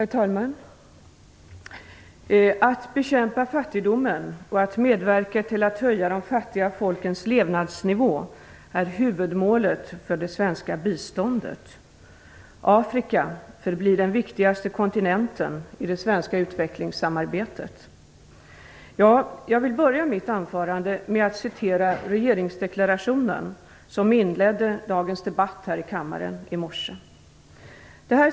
Herr talman! "Att bekämpa fattigdomen och att medverka till att höja de fattiga folkens levnadsnivå är huvudmålet för det svenska biståndet. Afrika förblir den viktigaste kontinenten i det svenska utvecklingssamarbetet." Jag började mitt anförande med att citera regeringsdeklarationen, som i morse inledde dagens debatt här i kammaren.